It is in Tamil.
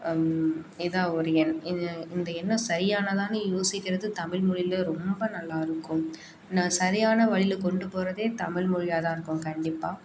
இதான் அவர் எண் இது இந்த எண்ணம் சரியானதான்னு யோசிக்கிறது தமிழ்மொழியில ரொம்ப நல்லா இருக்கும் நான் சரியான வழியில் கொண்டு போகறதே தமிழ்மொழியாக தான் இருக்கும் கண்டிப்பாக